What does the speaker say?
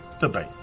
debate